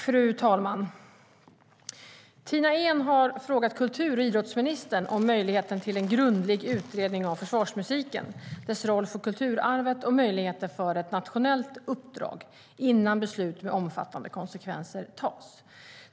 Fru talman! Tina Ehn har frågat kultur och idrottsministern om möjligheten till en grundlig utredning av försvarsmusiken, dess roll för kulturarvet och möjligheter för ett nationellt uppdrag, innan beslut med omfattande konsekvenser tas.